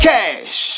Cash